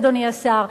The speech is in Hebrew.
אדוני השר,